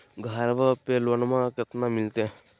घरबा पे लोनमा कतना मिलते?